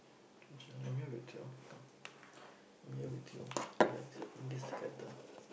which uh I'm here with you come I'm here with you relax we're in this together